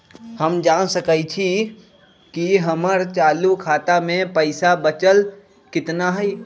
हम जान सकई छी कि हमर चालू खाता में पइसा बचल कितना हई